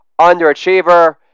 underachiever